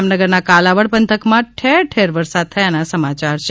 જામનગરના કાલાવડ પંથકમાં ઠેર ઠેર વરસાદ થયાના સમાચાર છે